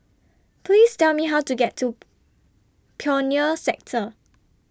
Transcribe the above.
Please Tell Me How to get to Pioneer Sector